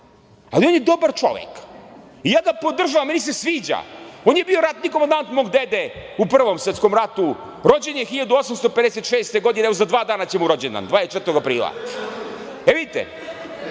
ali on je dobar čovek i ja ga podržavam, meni se sviđa, on je bio ratni komandat mog dede u Prvom svetskom ratu, rođen je 1856. godine, evo za dva dana će mu rođendan, 26. aprila. E, vidite,